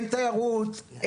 אין תיירות,